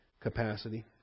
capacity